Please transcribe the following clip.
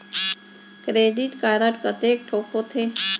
Credit card कतेक ठोक होथे?